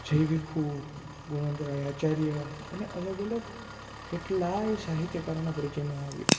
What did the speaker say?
જય ભીખ્ખુ ગુણવંત રાય આચાર્ય અને અલગ અલગ કેટલાય સાહિત્યકારોના પરિચયમાં હું આવ્યો